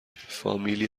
فامیلی